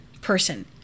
person